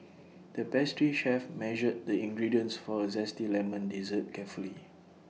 the pastry chef measured the ingredients for A Zesty Lemon Dessert carefully